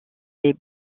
les